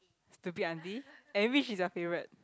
stupid auntie and which is your favourite